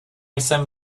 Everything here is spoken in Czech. jsem